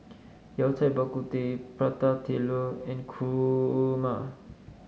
Yao Cai Bak Kut Teh Prata Telur and Kurma